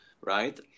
right